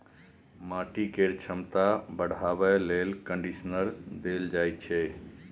माटि केर छमता बढ़ाबे लेल कंडीशनर देल जाइ छै